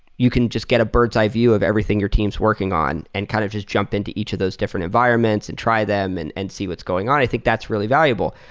you can just get a bird's eye view of everything your team is working on and kind of just jump into each of those different environments and try them and and see what's going on. i think that's really valuable.